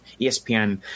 ESPN